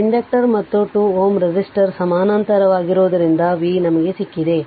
inductor ಮತ್ತು 2 Ω resistor ಸಮಾನಾಂತರವಾಗಿರುವುದರಿಂದ V ನಮಗೆ ಸಿಕ್ಕಿದೆ